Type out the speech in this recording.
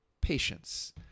Patience